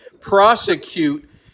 prosecute